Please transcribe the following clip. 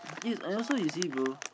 yes and also you see bro